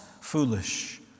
foolish